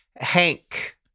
Hank